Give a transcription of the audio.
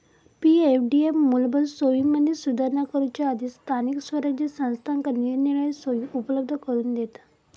पी.एफडीएफ मूलभूत सोयींमदी सुधारणा करूच्यासठी स्थानिक स्वराज्य संस्थांका निरनिराळे सोयी उपलब्ध करून दिता